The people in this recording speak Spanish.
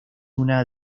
una